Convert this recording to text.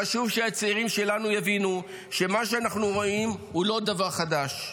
חשוב שהצעירים שלנו יבינו שמה שאנחנו רואים הוא לא דבר חדש,